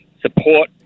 support